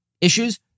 issues